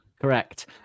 Correct